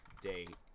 date